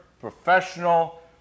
professional